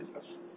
business